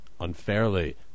unfairly